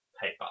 paper